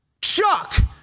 Chuck